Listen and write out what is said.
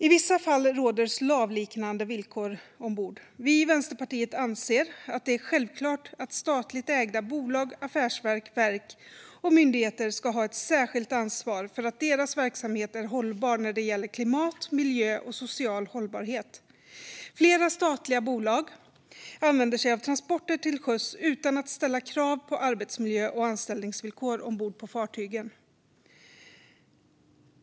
I vissa fall råder slavliknande villkor ombord. Vi i Vänsterpartiet anser att det är självklart att statligt ägda bolag, affärsverk, verk och myndigheter ska ha ett särskilt ansvar för att deras verksamhet är hållbar när det gäller klimat, miljö och social hållbarhet. Flera statliga bolag använder sig av transporter till sjöss utan att ställa krav på arbetsmiljö och anställningsvillkor ombord på fartygen.